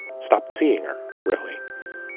stopped seeing her. really?